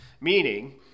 meaning